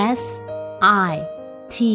sit